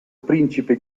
principe